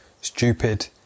Stupid